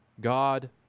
God